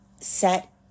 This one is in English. set